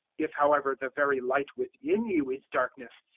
if however the very light within you is darkness,